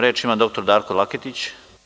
Reč ima dr Darko Laketić.